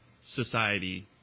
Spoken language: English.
society